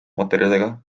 materjalidega